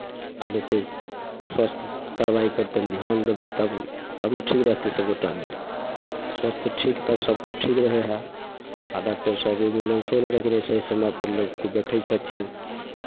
आ नहि तऽ स्वास्थ्य कारवाइपर तनि धियान देबै तब तब ने ठीक रहतै सभ गोटा मिल कऽ स्वास्थ ठीक तब सभकिछु ठीक रहै हइ आ डॉक्टरसभ एम्बुलेंसों नहि रखने छै नहि समयपर लोकके देखै छथिन